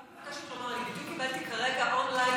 אני רק מבקשת לומר שבדיוק קיבלתי כרגע און-ליין